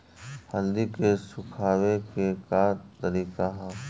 हल्दी के सुखावे के का तरीका ह?